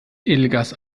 edelgas